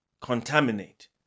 contaminate